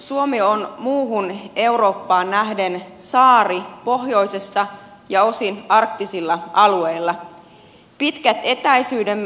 suomi on muuhun eurooppaan nähden saari pohjoisessa ja osin arktisilla alueilla